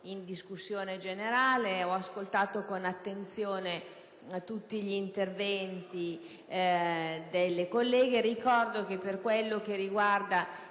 in discussione generale. Ho ascoltato con attenzione tutti gli interventi dei colleghi e ricordo che, per quanto riguarda